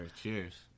Cheers